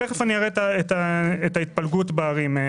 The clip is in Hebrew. אראה את ההתפלגות בערים.